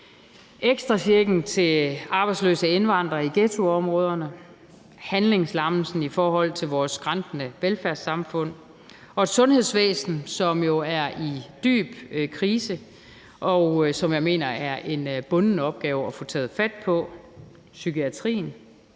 ekstrachecken til arbejdsløse indvandrere i ghettoområderne; handlingslammelsen i forhold til vores skrantende velfærdssamfund; et sundhedsvæsen, som jo er i dyb krise, og som jeg mener er en bunden opgave at få taget fat på; og psykiatrien.